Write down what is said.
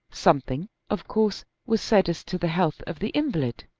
something of course was said as to the health of the invalid.